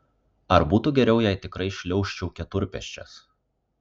ar būtų geriau jei tikrai šliaužčiau keturpėsčias